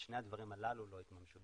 שני הדברים הללו לא התממשו.